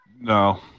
No